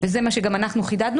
וזה מה שגם אנחנו חידדו,